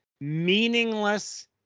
meaningless